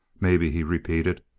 maybe, he repeated.